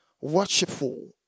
worshipful